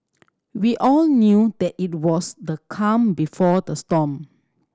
we all knew that it was the calm before the storm